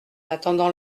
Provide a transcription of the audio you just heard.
attendant